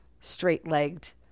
straight-legged